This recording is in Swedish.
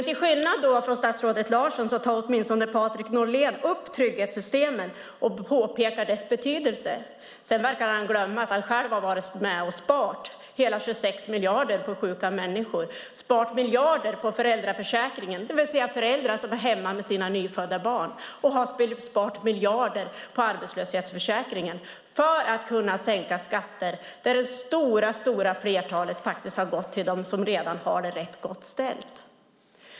Till skillnad från statsrådet Larsson tar Andreas Norlén åtminstone upp trygghetssystemen och påpekar deras betydelse. Sedan verkar han glömma att han själv har varit med och sparat hela 26 miljarder på sjuka människor, sparat miljarder på föräldraförsäkringen, det vill säga föräldrar som är hemma med sina nyfödda barn, och sparat miljarder på arbetslöshetsförsäkringen för att kunna sänka skatter där det stora flertalet skattesänkningar har gått till dem som redan har det rätt gott ställt.